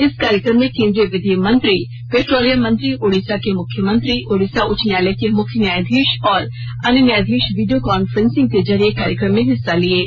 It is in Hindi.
इस कार्यक्रम में केंद्रीय विधि मंत्री पेट्रोलियम मंत्री ओडिशा के मुख्यमंत्री ओडिशा उच्च न्यायालय के मुख्य न्यायाधीश और अन्य न्यायाधीश वीडियो कॉन्फ्रेंसिंग के जरिए कार्यक्रम में हिस्सा ले रहे हैं